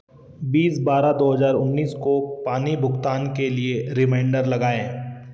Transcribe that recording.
बीस बारह दो हज़ार उन्नीस को पानी भुगतान के लिए रिमाइंडर लगाएँ